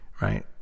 right